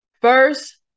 First